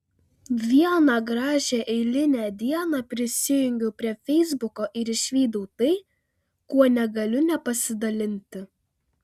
vieną gražią eilinę dieną prisijungiau prie feisbuko ir išvydau tai kuo negaliu nepasidalinti